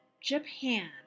Japan